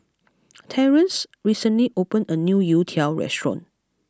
Terrence recently opened a new Youtiao restaurant